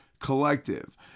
Collective